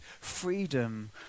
freedom